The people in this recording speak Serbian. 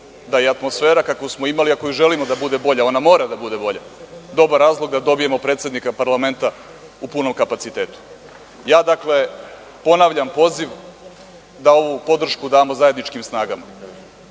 da je atmosfera kakvu smo imali, a koju želimo da bude bolja, ona mora da bude bolja, dobar razlog da dobijemo predsednika parlamenta u punom kapacitetu. Ja ponavljam poziv da ovu podršku damo zajedničkim snagama